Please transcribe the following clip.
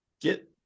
Get